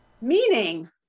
meaning